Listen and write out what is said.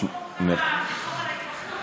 שנייה,